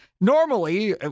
normally